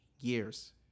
years